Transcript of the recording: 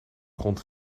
grond